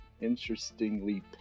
interestingly